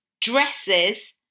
Dresses